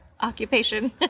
occupation